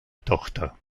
tochter